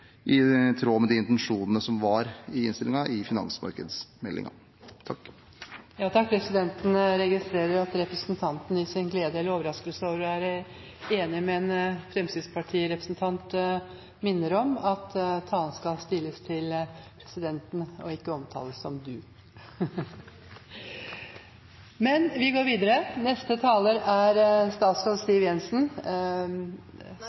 i tråd med de intensjonene som var i innstillingen i finansmarkedsmeldingen. Presidenten, som registrerer at representanten er gledelig overrasket over å være enig med en Fremskrittsparti-representant, minner om at talen skal stiles til presidenten. Berre ein kort merknad frå Venstre vedkomande mindretalsforslaget som